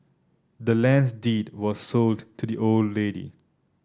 the land's deed was sold to the old lady